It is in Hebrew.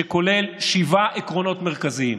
שכולל שבעה עקרונות מרכזיים.